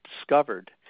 discovered